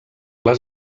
les